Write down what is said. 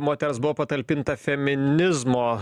moters buvo patalpinta feminizmo